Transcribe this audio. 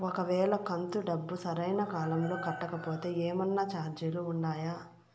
ఒక వేళ కంతు డబ్బు సరైన కాలంలో కట్టకపోతే ఏమన్నా చార్జీలు ఉండాయా?